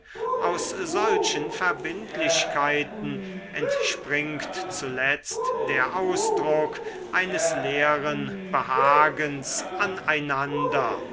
aus solchen verbindlichkeiten entspringt zuletzt der ausdruck eines leeren behagens